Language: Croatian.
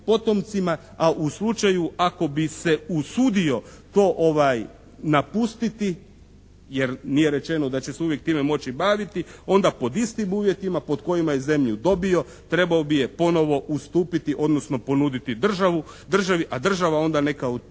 a u slučaju ako bi se usudio to napustiti jer nije rečeno da će se uvijek time moći baviti onda pod istim uvjetima pod kojima je zemlju dobio trebao bi je ponovno ustupiti, odnosno ponuditi državi, a država onda neka